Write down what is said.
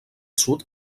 sud